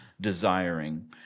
desiring